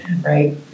Right